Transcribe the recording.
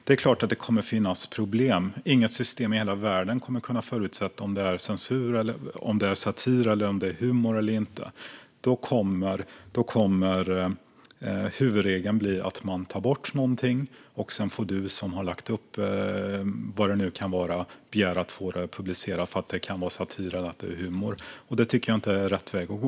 Det är klart att det kommer att finnas problem - inget system i hela världen kommer att kunna säga om något är satir och humor eller inte, och då kommer huvudregeln bli att man tar bort det. Sedan får du som har lagt upp vad det nu kan vara begära att få det publicerat därför att det är satir eller humor. Det tycker jag inte är rätt väg att gå.